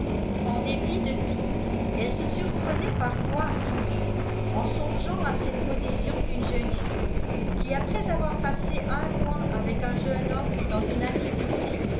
en dépit de tout elle se surprenait parfois à sourire en songeant à cette position d'une jeune fille qui après avoir passé un mois avec un jeune homme dans une intimité